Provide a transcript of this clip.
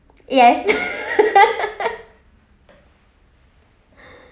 yes